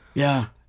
yeah,